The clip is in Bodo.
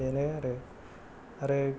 बेनो आरो आरो